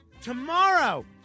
Tomorrow